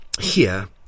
Here